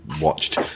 watched